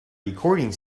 recording